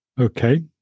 Okay